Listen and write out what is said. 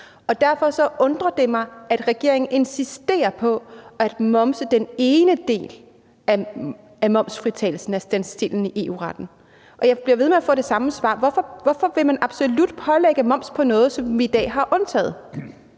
derfor undrer det mig, at regeringen insisterer på at momse den ene del af momsfritagelsen af stand still i EU-retten, og jeg bliver ved med at få det samme svar. Hvorfor vil man absolut lægge moms på noget, som vi i dag har undtaget?